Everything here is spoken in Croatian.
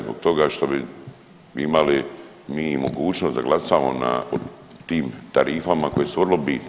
Zbog toga što bi imali mi mogućnost da glasamo na, o tim tarifama koje su vrlo bitne.